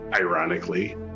ironically